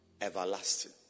everlasting